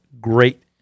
great